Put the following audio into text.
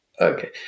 okay